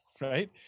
right